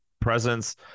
presence